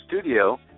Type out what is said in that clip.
studio